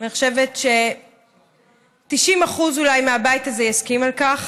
אני חושבת שאולי 90% מהבית הזה יסכימו על כך.